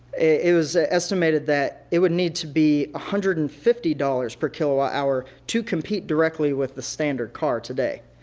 it was estimated that it would need to be hundred and fifty dollars per kilowatt hour to compete directly with the standard car today.